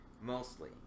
mostly